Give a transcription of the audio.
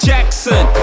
Jackson